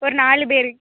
ஒரு நாலு பேர்